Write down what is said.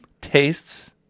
tastes